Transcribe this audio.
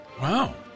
Wow